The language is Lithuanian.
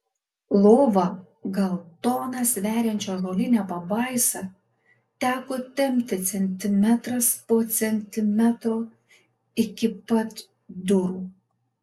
lova gal toną sveriančią ąžuolinę pabaisą teko tempti centimetras po centimetro iki pat durų